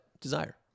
Desire